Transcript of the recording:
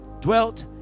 dwelt